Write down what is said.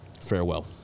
farewell